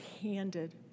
handed